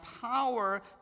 power